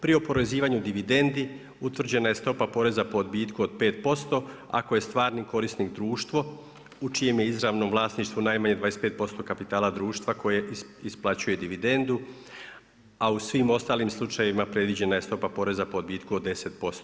Pri oporezivanju dividendi utvrđena je stopa poreza po odbitku od 5% ako je stvarni korisnik društvo u čijem je izravnom vlasništvu najmanje 25% kapitala društva koje isplaćuje dividendu, a u svim ostalim slučajevima predviđena je stopa poreza po odbitku od 10%